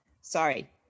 sorry